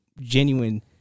genuine